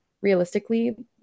Realistically